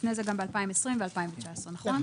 לפני זה ב-2020 וב-2019, נכון?